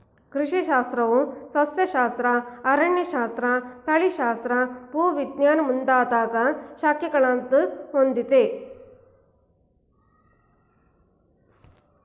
ಕೃಷಿ ಶಾಸ್ತ್ರವು ಸಸ್ಯಶಾಸ್ತ್ರ, ಅರಣ್ಯಶಾಸ್ತ್ರ, ತಳಿಶಾಸ್ತ್ರ, ಭೂವಿಜ್ಞಾನ ಮುಂದಾಗ ಶಾಖೆಗಳನ್ನು ಹೊಂದಿದೆ